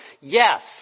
yes